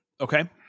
Okay